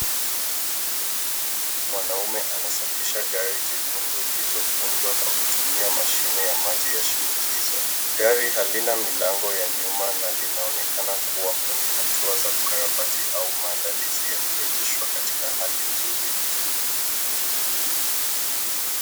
Mwanaume anasafisha gari jekundu lililovunjwa, kwa kutumia mashine ya maji ya shinikizo. Gari halina milango ya nyuma na linaonekana kuwa kwenye hatua za ukarabati au maandalizi ya kurejeshwa katika hali nzuri.